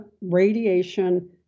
radiation